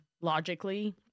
logically